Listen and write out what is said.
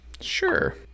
Sure